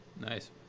nice